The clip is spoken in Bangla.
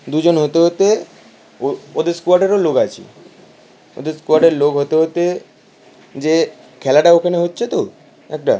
দুজন হতে হতে ও ওদের স্কোয়াডেরও লোক আছে ওদের স্কোয়াডের লোক হতে হতে যে খেলাটা ওখানে হচ্ছে তো একটা